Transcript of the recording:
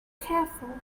careful